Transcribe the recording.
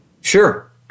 Sure